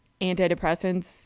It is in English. antidepressants